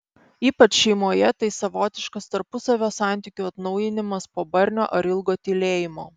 ypač šeimoje tai savotiškas tarpusavio santykių atnaujinimas po barnio ar ilgo tylėjimo